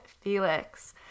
Felix